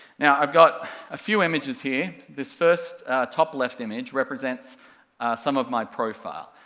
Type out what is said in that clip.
now, i've got a few images here, this first top left image represents some of my profile.